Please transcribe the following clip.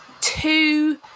two